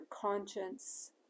conscience